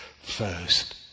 First